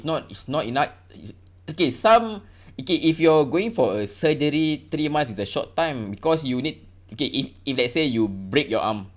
not is not enou~ is okay some okay if you're going for a surgery three months is the short time because you need okay if if let's say you break your arm